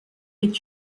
est